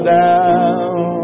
down